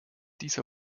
dieser